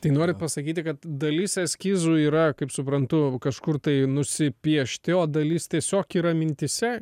tai norit pasakyti kad dalis eskizų yra kaip suprantu kažkur tai nusipiešti o dalis tiesiog yra mintyse